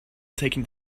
taking